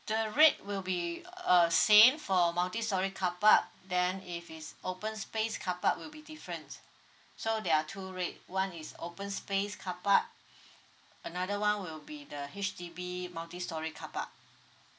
the rate will be uh same for multi storey carpark uh if it's open space carpark will be different so there are two rate one is open space carpark another one will be the H_D_B multi storey carpark